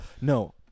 no